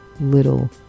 little